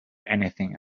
anything